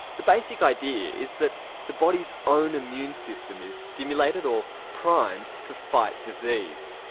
the basic idea is that the body's own immune system is stimulated or primed to fight disease.